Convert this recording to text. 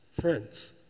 Friends